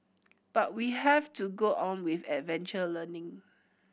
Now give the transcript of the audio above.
but we have to go on with adventure learning